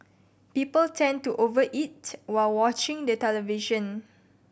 people tend to over eat while watching the television